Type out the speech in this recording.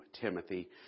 Timothy